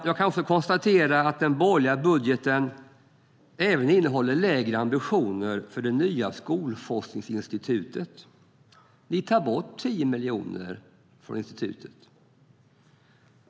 Jag kan konstatera att den borgerliga budgeten även innehåller lägre ambitioner för den nya myndigheten Skolforskningsinstitutet. Ni tar bort 10 miljoner från institutet.